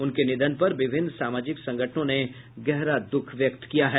उनके निधन पर विभिन्न सामाजिक संगठनों ने गहरा द्ख व्यक्त किया है